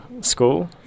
school